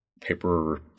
paper